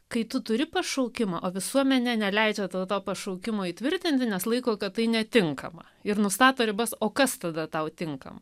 kai tu turi pašaukimą o visuomenė neleidžia tau to pašaukimo įtvirtinti nes laiko kad tai netinkama ir nustato ribas o kas tada tau tinka